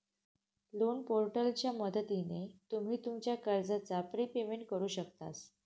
loan पोर्टलच्या मदतीन तुम्ही तुमच्या कर्जाचा प्रिपेमेंट करु शकतास